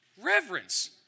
Reverence